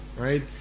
right